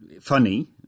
funny